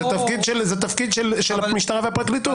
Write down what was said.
זה תפקיד של המשטרה והפרקליטות.